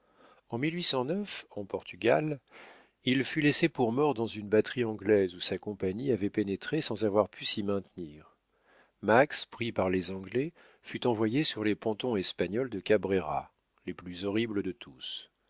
en en portugal il fut laissé pour mort dans une batterie anglaise où sa compagnie avait pénétré sans avoir pu s'y maintenir max pris par les anglais fut envoyé sur les pontons espagnols de cabrera les plus horribles de tous